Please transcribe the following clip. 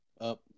Up